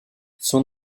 son